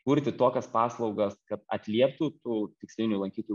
kurti tokias paslaugas kad atlieptų tų tikslinių lankytojų